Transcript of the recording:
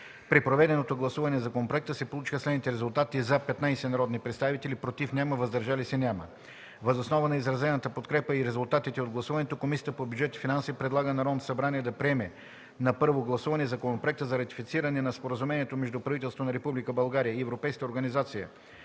При проведеното гласуване на законопроекта се получиха следните резултати: „за” – 15 народни представители, „против” и „въздържали се” – няма. Въз основа на изразената подкрепа и резултатите от гласуването Комисията по бюджет и финанси предлага на Народното събрание да приеме на първо гласуване Законопроекта за ратифициране на Споразумението между правителството на Република България и Европейската организация